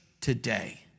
today